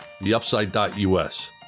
theupside.us